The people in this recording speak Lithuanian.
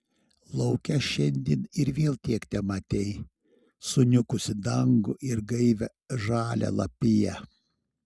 lauke šiandien ir vėl tiek tematei suniukusį dangų ir gaivią žalią lapiją